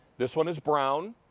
this one is brown.